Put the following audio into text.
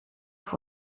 auf